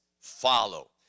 follow